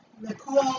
Nicole